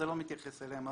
אז המחקר לא מתייחס אליהם.